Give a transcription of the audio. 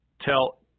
Tell